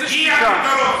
איזה שתיקה?